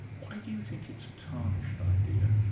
why do you think it's a tarnished idea?